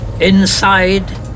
Inside